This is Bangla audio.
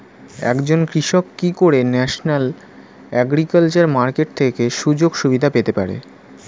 একজন কৃষক কি করে ন্যাশনাল এগ্রিকালচার মার্কেট থেকে সুযোগ সুবিধা পেতে পারে?